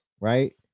right